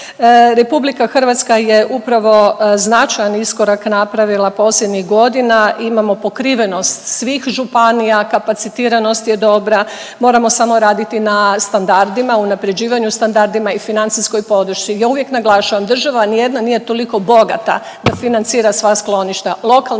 nasilje. RH je upravo značajan iskorak napravila posljednjih godina, imamo pokrivenost svih županija, kapacitiranost je dobra. Moramo samo raditi na standardima, unapređivanju standardima i financijskoj podršci. Ja uvijek naglašavam država nijedna nije toliko bogata da financira sva skloništa,